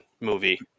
movie